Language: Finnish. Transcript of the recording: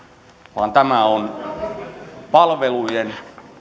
vaan tämä on palvelujen